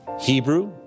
Hebrew